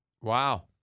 Wow